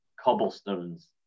cobblestones